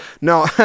No